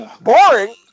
Boring